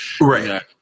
right